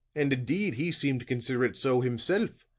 and, indeed, he seemed to consider it so himself,